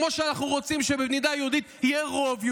כמו שאנחנו רוצים שבמדינה יהודית יהיה רוב יהודי,